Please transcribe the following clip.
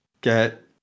get